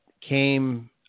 came